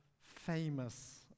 famous